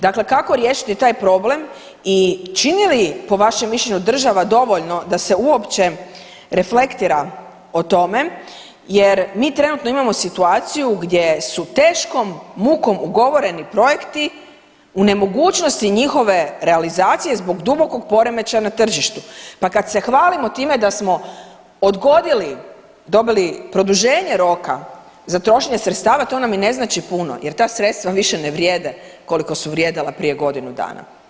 Dakle kako riješiti taj problem i čini li, po vašem mišljenju, država dovoljno da se uopće reflektira o tome jer mi trenutno imamo situaciju gdje su teškom mukom ugovoreni projekti u nemogućnosti njihove realizacije zbog dubokog poremećaja na tržištu pa kad se hvalimo time da smo odgodili, dobili produženje roka za trošenje sredstava, to nam i ne znači puno jer ta sredstva više ne vrijede koliko su vrijedila prije godinu dana.